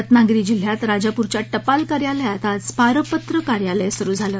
रत्नागिरी जिल्ह्यात राजापूरच्या टपाल कार्यालयात आज पारपत्र कार्यालय सुरू झालं